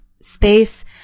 space